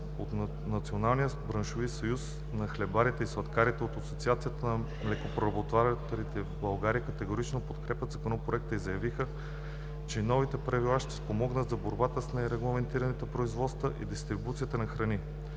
От Националния браншови съюз на хлебарите и сладкарите и от Асоциацията на млекопреработвателите в България категорично подкрепиха Законопроекта и заявиха, че новите правила ще спомогнат за борбата с нерегламентираното производство и дистрибуция на храни.